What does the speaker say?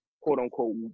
quote-unquote